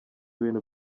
ibintu